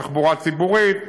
תחבורה ציבורית,